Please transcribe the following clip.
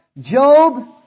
Job